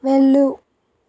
వెళ్ళు